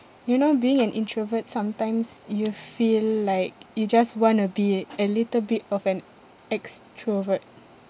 you know being an introvert sometimes you feel like you just want to be a little bit of an extrovert